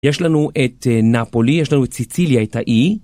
יש לנו את נאפולי, יש לנו את סיציליה, את האי.